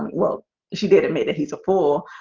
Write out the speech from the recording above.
look she did admit he's a fool,